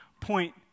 point